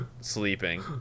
sleeping